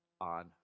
on